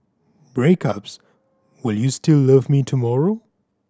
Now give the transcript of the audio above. breakups will you still love me tomorrow